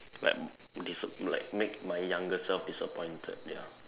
like dissa~ like make my younger self disappointed ya